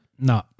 no